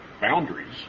boundaries